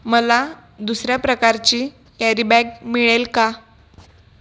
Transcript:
मला दुसऱ्या प्रकारची कॅरी बॅग मिळेल का